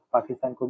Pakistan